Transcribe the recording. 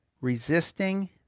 resisting